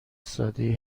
سادهای